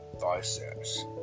biceps